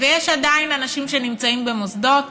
יש עדיין אנשים שנמצאים במוסדות,